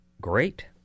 Great